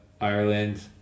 Ireland